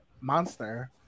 Monster